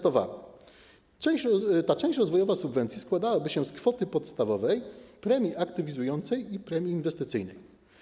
Ta część rozwojowa subwencji składałaby się z kwoty podstawowej, premii aktywizującej i premii inwestycyjnej.